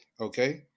okay